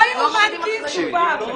לא יאומן כי יסופר.